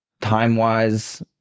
Time-wise